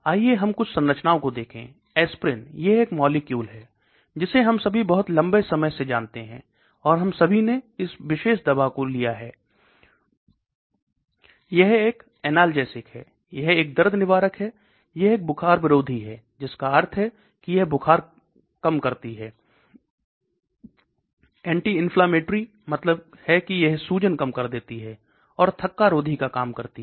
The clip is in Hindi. आइए हम कुछ संरचनाओं को देखें एस्पिरिन यह एक मॉलिक्यूल है जिसे हम सभी बहुत लंबे समय से जानते है और हम सभी ने इस विशेष दवा को लिया होगा यह एक एनाल्जेसिक है यह एक दर्द निवारक है यह एक बुखार विरोधी है जिसका अर्थ है कि यह बुखार काम करती है एंटी इंफ्लेमेटरी मतलब है कि यह सूजन कम कर देती है और थक्कारोधी का काम करती है